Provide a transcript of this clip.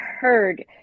heard